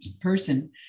person